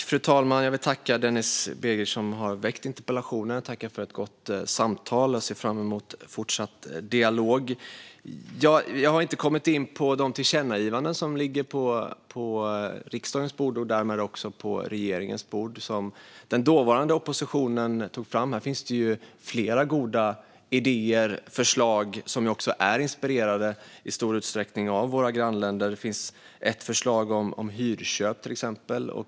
Fru talman! Jag vill tacka Denis Begic, som har ställt interpellationen. Jag tackar för ett gott samtal och ser fram emot fortsatt dialog. Jag har ännu inte kommit in på de tillkännagivanden som ligger på både riksdagens och regeringens bord och som den tidigare oppositionen tog fram. Här finns det flera goda idéer och förslag som också i stor utsträckning är inspirerade av våra grannländer. Det finns till exempel ett förslag om hyrköp.